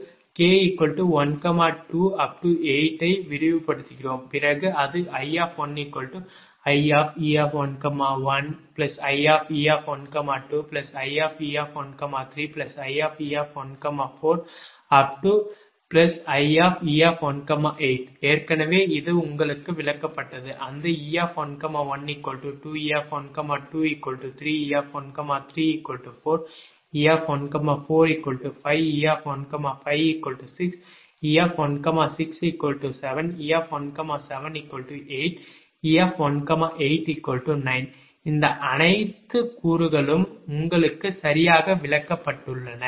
8 ஐ விரிவுபடுத்துகிறோம் பிறகு அது I1ie11ie12ie13ie14ie15ie16ie17ie18 ஏற்கனவே இது உங்களுக்கு விளக்கப்பட்டது அந்த e112 e123 e134 e145 e156e167e178 e189 இந்த அனைத்து கூறுகளும் உங்களுக்கு சரியாக விளக்கப்பட்டுள்ளன